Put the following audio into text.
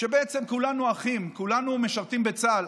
כשבעצם כולנו אחים, כולנו משרתים בצה"ל.